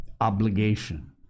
obligation